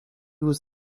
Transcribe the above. was